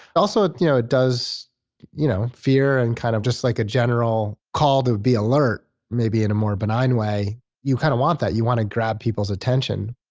also, you know it does you know, fear, and kind of just like a general call to be alert, maybe in a more benign way you kind of want that, you want to grab people's attention